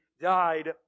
died